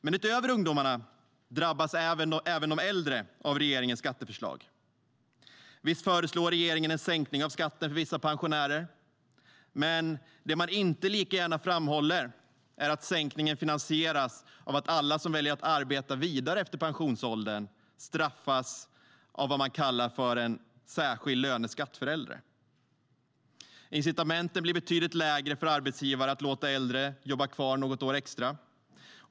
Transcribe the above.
Utöver ungdomarna drabbas även de äldre av regeringens skatteförslag. Visst föreslår regeringen en sänkning av skatten för vissa pensionärer. Men det som man inte lika gärna framhåller är att sänkningen finansieras av att alla som väljer att arbeta vidare efter pensionsåldern straffas av vad man kallar för en särskild löneskatt för äldre. Incitamenten blir betydligt lägre för arbetsgivare att låta äldre jobba kvar något år extra.